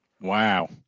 Wow